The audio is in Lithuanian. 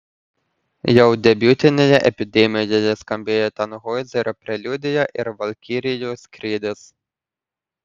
jau debiutinėje epidemijoje skambėjo tanhoizerio preliudija ir valkirijų skrydis